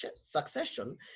succession